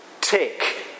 tick